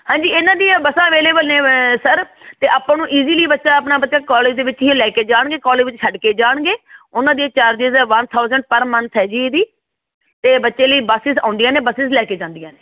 ਹਾਂਜੀ ਇਹਨਾਂ ਦੀਆਂ ਬੱਸਾਂ ਅਵੇਲੇਬਲ ਨੇ ਸਰ ਅਤੇ ਆਪਾਂ ਨੂੰ ਈਜ਼ੀਲੀ ਬੱਚਾ ਆਪਣਾ ਬੱਚਾ ਕਾਲਜ ਦੇ ਵਿੱਚ ਹੀ ਲੈ ਕੇ ਜਾਣਗੇ ਕਾਲਜ ਵਿੱਚ ਛੱਡ ਕੇ ਜਾਣਗੇ ਉਹਨਾਂ ਦੀਆਂ ਚਾਰਜਿਸ ਹੈ ਵੰਨ ਥਾਊਜੈਂਸ ਪਰ ਮੰਨਥ ਹੈ ਜੀ ਇਹਦੀ ਅਤੇ ਬੱਚੇ ਲਈ ਬੱਸਿਸ ਆਉਂਦੀਆਂ ਨੇ ਬੱਸਿਸ ਲੈ ਕੇ ਜਾਂਦੀਆਂ ਨੇ